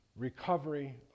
Recovery